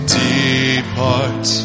depart